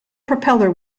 propeller